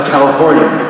California